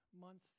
months